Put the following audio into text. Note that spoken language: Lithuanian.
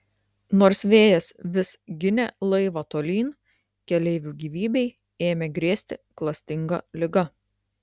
nors vėjas vis ginė laivą tolyn keleivių gyvybei ėmė grėsti klastinga liga